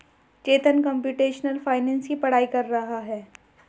चेतन computational finance की पढ़ाई कर रहा है